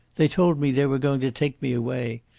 they told me they were going to take me away.